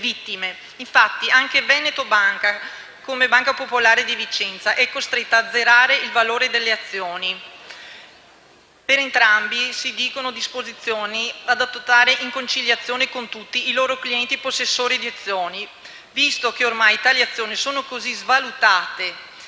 Infatti anche Veneto Banca, come Banca popolare di Vicenza, è costretta ad azzerare il valore delle azioni, per quanto entrambe si dicano disponibili ad andare in conciliazione con tutti i loro clienti possessori di azioni (visto che ormai tali azioni sono così svalutate